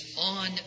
on